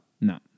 No